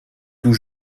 tout